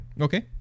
Okay